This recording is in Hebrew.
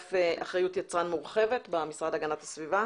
אגף אחריות יצרן מורחבת במשרד להגנת הסביבה.